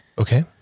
Okay